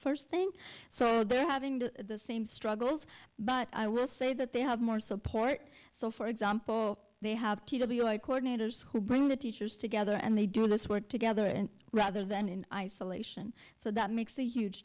first thing so they're having to the same struggles but i will say that they have more support so for example they have to be like coordinators who bring the teachers together and they do in this work together rather than in isolation so that makes a huge